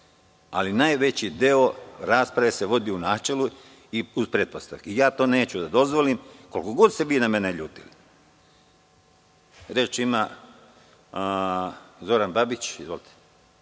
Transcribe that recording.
ali najveći deo rasprave se vodi u načelu i u pretpostavci. To neću da dozvolim, koliko god se vi na mene ljutili. Reč ima narodni poslanik